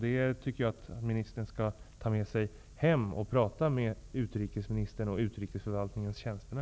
Jag tycker att ministern skall prata med utrikesministern och utrikesförvaltningens tjänstemän.